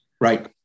Right